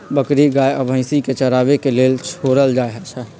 बकरी गाइ आ भइसी के चराबे के लेल छोड़ल जाइ छइ